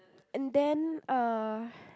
and then uh